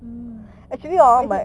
mm